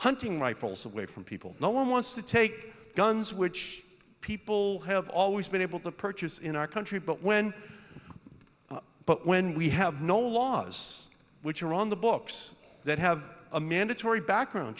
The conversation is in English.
hunting rifles away from people no one wants to take guns which people have always been able to purchase in our country but when but when we have no laws which are on the books that have a mandatory background